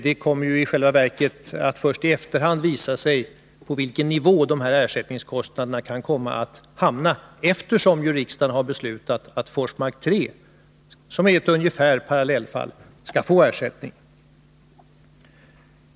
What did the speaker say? I själva verket kommer det först i språk från Oskarsefterhand att visa sig på vilken nivå ersättningskostnaderna kan komma att hamnsverkets hamna, eftersom riksdagen har beslutat att Forsmark 3, som ungefärligen är Kraftgrupp AB ett parallellfall, skall få ersättning.